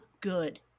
good